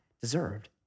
deserved